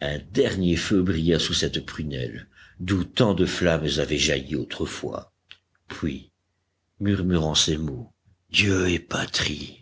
un dernier feu brilla sous cette prunelle d'où tant de flammes avaient jailli autrefois puis murmurant ces mots dieu et patrie